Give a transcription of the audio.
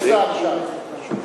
חבר הכנסת,